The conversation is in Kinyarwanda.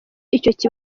iki